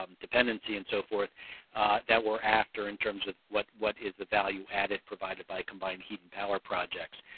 um dependency and so fort that were after in terms of what what is the value added provided by combined heating power projects.